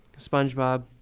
Spongebob